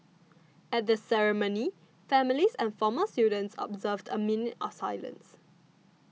at the ceremony families and former students observed a minute of silence